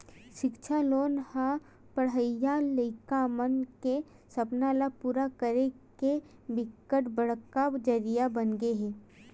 सिक्छा लोन ह पड़हइया लइका मन के सपना ल पूरा करे के बिकट बड़का जरिया बनगे हे